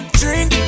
drink